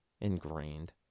ingrained